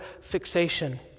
fixation